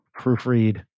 Proofread